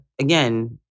again